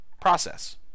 process